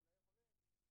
יכול להיות האבא.